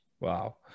Wow